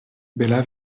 bela